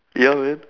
ya man